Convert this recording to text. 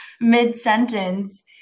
mid-sentence